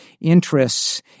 interests